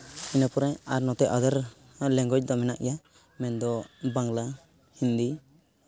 ᱤᱱᱟᱹ ᱯᱚᱨᱮ ᱟᱨ ᱱᱚᱛᱮ ᱟᱫᱚᱨ ᱦᱚᱸ ᱞᱮᱝᱜᱩᱭᱮᱡᱽ ᱫᱚ ᱢᱮᱱᱟᱜ ᱜᱮᱭᱟ ᱢᱮᱱᱫᱚ ᱵᱟᱝᱞᱟ ᱦᱤᱱᱫᱤ